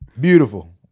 beautiful